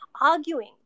arguing